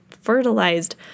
fertilized